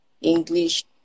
English